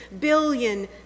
billion